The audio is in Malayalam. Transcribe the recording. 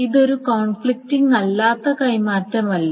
ഇതൊരു കോൺഫ്ലിക്റ്റിംഗല്ലാത്ത കൈമാറ്റമല്ല